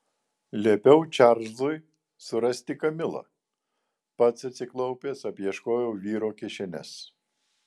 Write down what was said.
liepiau čarlzui surasti kamilą pats atsiklaupęs apieškojau vyro kišenes